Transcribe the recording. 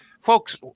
Folks